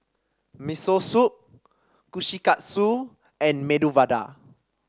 Miso Soup Kushikatsu and Medu Vada